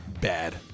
bad